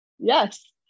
Yes